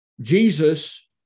Jesus